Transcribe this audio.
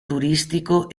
turistico